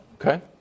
Okay